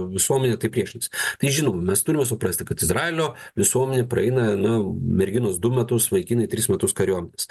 visuomenė tai priešinasi tai žinoma mes turime suprasti kad izraelio visuomenė praeina na merginos du metus vaikinai tris metus kariuomenės